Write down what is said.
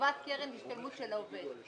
לטובת קרן השתלמות של העובד.